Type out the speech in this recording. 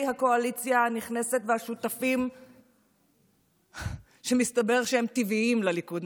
הקואליציה הנכנסת והשותפים שמסתבר שהם טבעיים לליכוד,